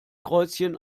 kreuzchen